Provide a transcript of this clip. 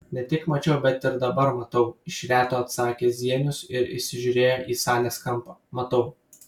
ne tik mačiau bet ir dabar matau iš reto atsakė zienius ir įsižiūrėjo į salės kampą matau